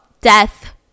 Death